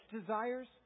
desires